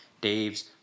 Dave's